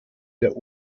der